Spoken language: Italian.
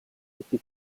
tutti